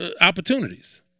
opportunities